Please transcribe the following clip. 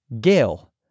Gail